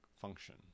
function